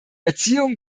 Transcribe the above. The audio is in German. erziehung